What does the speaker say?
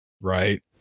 right